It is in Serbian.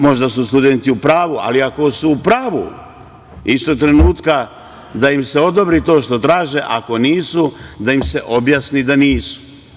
Možda su studenti u pravu, ali ako su u pravu, istog trenutka da im se odobri to što traže, ako nisu da im se objasni da nisu.